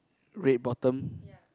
red bottom